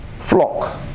flock